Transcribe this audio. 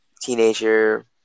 teenager